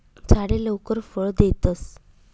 झाडे लवकर फळ देतस